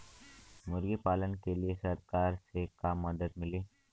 मुर्गी पालन के लीए सरकार से का मदद मिली?